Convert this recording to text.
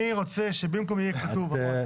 אני רוצה שבמקום שיהיה כתוב המועצה